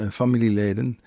familieleden